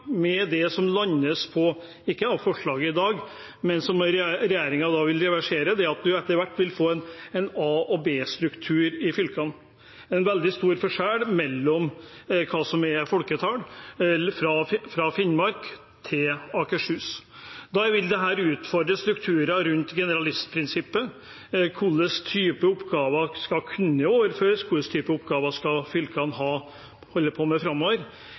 med det som det landes på – ikke med forslaget i dag, men med det som regjeringen vil reversere – er at vi etter hvert vil få en a- og b-struktur i fylkene. Det er en veldig stor forskjell på hva som er folketall, fra Finnmark til Akershus. Da vil dette utfordre strukturer rundt generalistprinsippet. Hva slags typer oppgaver skal kunne overføres? Hva slags typer oppgaver skal fylkene holde på med framover?